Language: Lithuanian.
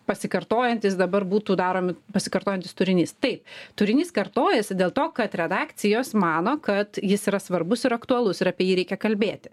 pasikartojantys dabar būtų daromi pasikartojantis turinys taip turinys kartojasi dėl to kad redakcijos mano kad jis yra svarbus ir aktualus ir apie jį reikia kalbėti